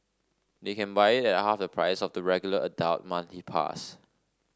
they can buy it at half the price of the regular adult monthly pass